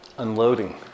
unloading